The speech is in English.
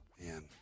Man